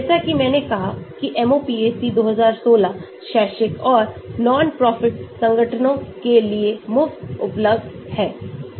जैसा कि मैंने कहा कि MOPAC 2016 शैक्षिक और non profit संगठनों के लिए मुफ्त उपलब्ध है